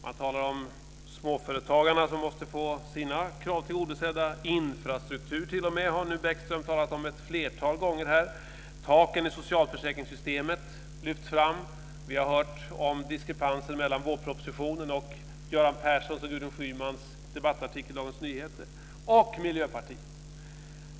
Man talar om småföretagarna som måste få sina krav tillgodosedda. Bäckström har ett flertal gånger talat om infrastruktur. Taken i socialförsäkringssystemet lyfts fram. Vi har hört om diskrepansen mellan vårpropositionen och Göran Perssons och Gudrun Schymans debattartikel i Dagens Nyheter. Sedan är det Miljöpartiet.